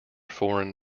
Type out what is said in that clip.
foreign